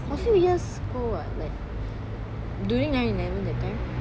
a few years ago ah like during nine eleven that time